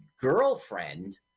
girlfriend